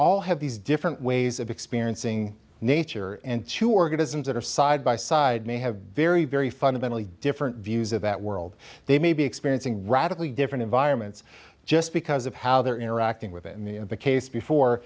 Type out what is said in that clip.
all have these different ways of experiencing nature and sure doesn't that are side by side may have very very fundamentally different views of that world they may be experiencing radically different environments just because of how they're interacting with it in the case before